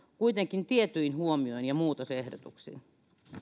kuitenkin tietyin huomioin ja muutosehdotuksin